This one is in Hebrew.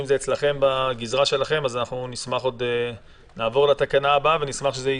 אם זה בגזרה שלכם אז אנחנו נעבור לתקנה הבאה ונשמח שזה יסתדר.